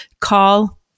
Call